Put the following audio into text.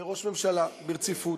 כראש ממשלה ברציפות.